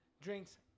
drinks